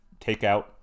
takeout